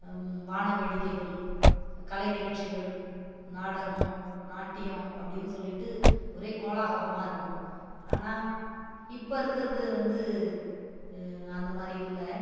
வானவேடிக்கைகள் கலை நிகழ்ச்சிகள் நாடகம் நாட்டியம் அப்படின்னு சொல்லிட்டு ஒரே கோலாகலமாக இருக்கும் ஆனால் இப்போ இருக்கிறது வந்து அந்த மாரி இல்லை